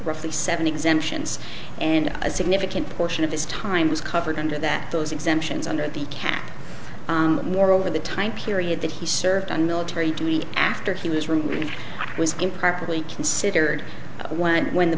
roughly seven exemptions and a significant portion of his time was covered under that those exemptions under the cap moreover the time period that he served on military duty after he was removed was improperly considered one when the